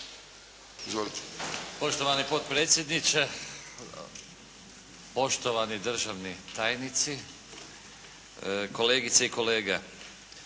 Izvolite.